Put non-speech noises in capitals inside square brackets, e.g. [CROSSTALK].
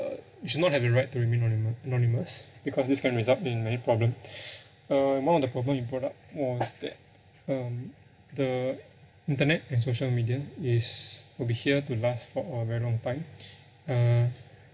uh we should not have the right to remain anonymo~ anonymous because this can result in many problem [BREATH] uh more on the problem it brought up was that um the internet and social media is will be here to last for a very long time [BREATH] uh